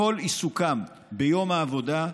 כל עיסוקם ביום העבודה,